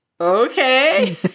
okay